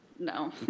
No